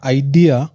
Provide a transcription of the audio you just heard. idea